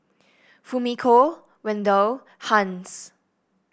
Fumiko Wendell Hans